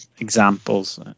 examples